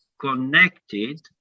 connected